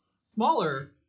Smaller